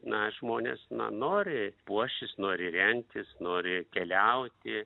na žmonės na nori puoštis nori rengtis nori keliauti